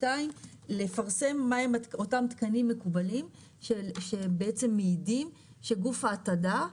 לפרסם מהם אותם תקנים מקובלים שבעצם מעידים שגוף ההתעדה